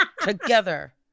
together